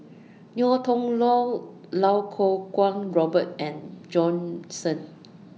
Ngiam Tong Dow Lau Kuo Kwong Robert and Bjorn Shen